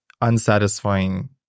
unsatisfying